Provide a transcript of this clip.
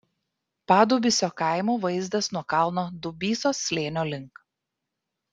padubysio kaimo vaizdas nuo kalno dubysos slėnio link